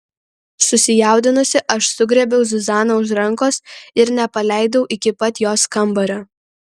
susijaudinusi aš sugriebiau zuzaną už rankos ir nepaleidau iki pat jos kambario